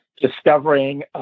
discovering